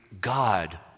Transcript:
God